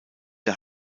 der